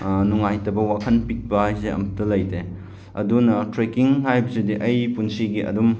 ꯅꯨꯡꯉꯥꯏꯇꯕ ꯋꯥꯈꯟ ꯄꯤꯛꯄ ꯍꯥꯏꯁꯦ ꯑꯃꯇ ꯂꯩꯇꯦ ꯑꯗꯨꯅ ꯇ꯭ꯔꯦꯛꯀꯤꯡ ꯍꯥꯏꯕꯁꯤꯗꯤ ꯑꯩ ꯄꯨꯟꯁꯤꯒꯤ ꯑꯗꯨꯝ